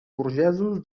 burgesos